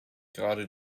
gerade